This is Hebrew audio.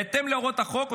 בהתאם להוראות החוק,